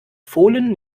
fohlen